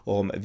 om